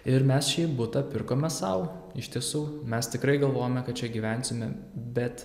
ir mes šį butą pirkome sau iš tiesų mes tikrai galvojome kad čia gyvensime bet